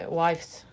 wife's